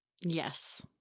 Yes